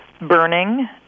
Burning